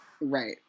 Right